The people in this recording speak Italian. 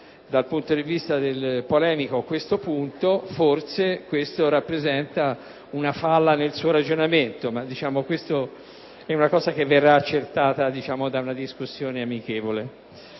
dal punto di vista polemico, questo aspetto, forse ciò rappresenta una falla nel suo ragionamento, ma è una cosa che verrà accertata in una discussione amichevole.